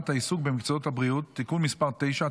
העיסוק במקצועות הבריאות (תיקון מס' 9),